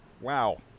Wow